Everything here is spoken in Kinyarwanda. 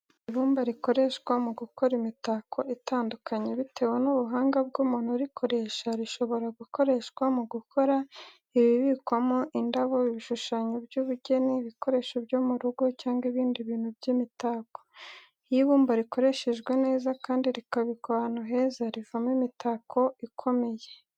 Ibumba rikoreshwa mu gukora imitako itandukanye, bitewe n'ubuhanga bw'umuntu urikoresha. Rishobora gukoreshwa mu gukora ibibikwamo indabo, ibishushanyo by’ubugeni, ibikoresho byo mu rugo cyangwa ibindi bintu by’imitako. Iyo ibumba rikoreshejwe neza kandi rikabikwa ahantu heza, rivamo imitako ikomeye.